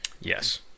Yes